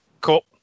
Cool